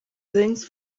things